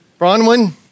Bronwyn